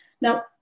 Now